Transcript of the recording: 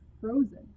frozen